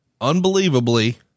unbelievably